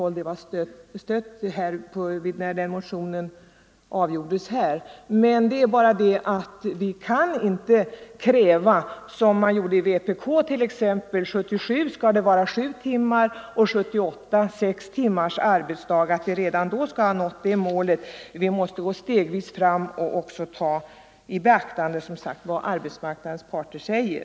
Vi kan ju inte kräva, som vpk har gjort, t.ex. att det år 1977 skall vara sju timmars arbetsdag och 1978 sex timmars arbetsdag. Att vi redan då skulle ha nått målet är inte realistiskt. Vi måste gå stegvis fram och också ta i beaktande vad arbetsmarknadens parter säger.